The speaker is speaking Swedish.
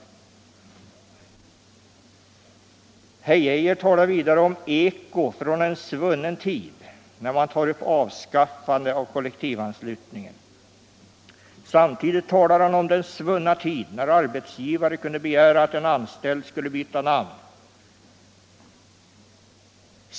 Arne Geijer säger vidare att det är ett eko från en svunnen tid när man kräver ett avskaffande av kollektivanslutningen. Samtidigt talar han om den svunna tid när en arbetsgivare kunde begära att en anställd skulle byta namn.